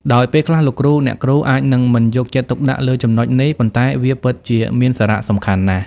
ដោយពេលខ្លះលោកគ្រូអ្នកគ្រូអាចនឹងមិនយកចិត្តទុកដាក់់លើចំណុចនេះប៉ុន្តែវាពិតជាមានសារៈសំខាន់ណាស់។